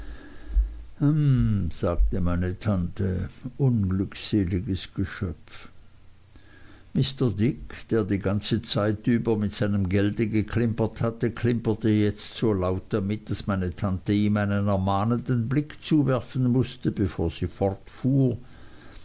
sagte meine tante unglückseliges geschöpf mr dick der die ganze zeit über mit seinem gelde geklimpert hatte klimperte jetzt so laut damit daß meine tante ihm einen ermahnenden blick zuwerfen mußte bevor sie fortfuhr